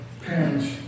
parents